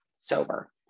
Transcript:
sober